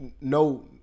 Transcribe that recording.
no